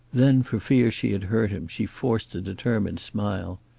then for fear she had hurt him she forced a determined smile.